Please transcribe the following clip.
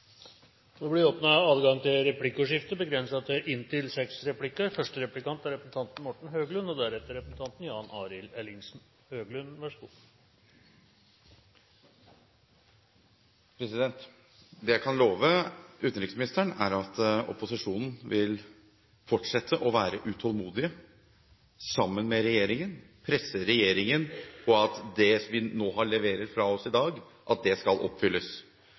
Det blir åpnet for replikkordskifte. Det jeg kan love utenriksministeren, er at opposisjonen vil fortsette å være utålmodig sammen med regjeringen, presse regjeringen på at det vi leverer fra oss i dag, skal oppfylles. Så er det